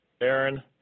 Aaron